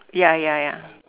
ya ya ya